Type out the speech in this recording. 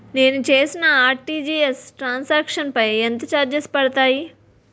నేను చేసిన RTGS transaction లో పై ఎంత చార్జెస్ పడతాయి?